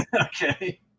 Okay